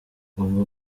ugomba